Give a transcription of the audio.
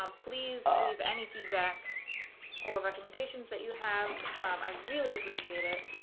um please leave any feedback or recommendations that you have i really appreciate it.